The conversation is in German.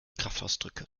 kraftausdrücke